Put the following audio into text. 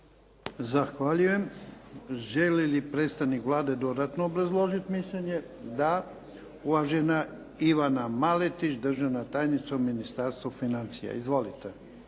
Zahvaljujem. Želi li predstavnik Vlade dodatno obrazložiti mišljenje? Da. Uvažena Ivana Maletić državna tajnica u Ministarstvu financija. Izvolite.